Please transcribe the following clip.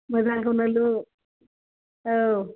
मोजांखौनो लु औ